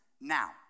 now